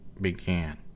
began